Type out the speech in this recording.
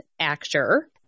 actor